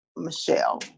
Michelle